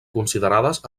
considerades